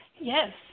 yes